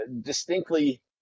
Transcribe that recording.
distinctly